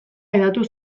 hedatu